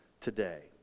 today